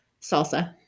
salsa